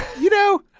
you know.